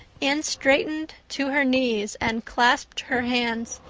anne straightened to her knees and clasped her hands.